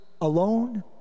alone